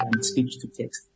speech-to-text